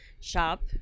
shop